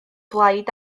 blaid